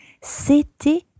C'était